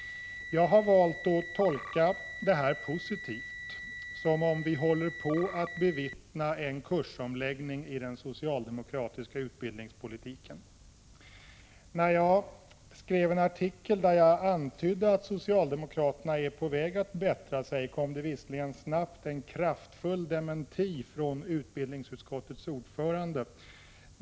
Jag har valt att tolka detta positivt, som om vi håller på att bevittna en kursomläggning av den socialdemokratiska utbildningspolitiken. När jag skrev en artikel där jag antydde att socialdemokraterna är på väg att bättra sig, kom det visserligen snabbt en kraftfull dementi från utbildningsutskottets ordförande.